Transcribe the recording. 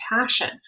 passion